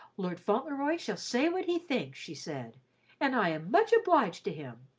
lord fauntleroy shall say what he thinks, she said and i am much obliged to him.